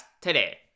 today